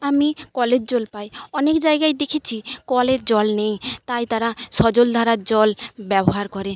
আমি কলের জল পাই অনেক জায়গায় দেখেছি কলে জল নেই তাই তারা সজলধারার জল ব্যবহার করে